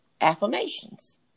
affirmations